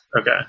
Okay